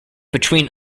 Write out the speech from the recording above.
between